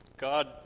God